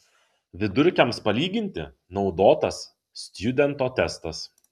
vidurkiams palyginti naudotas stjudento testas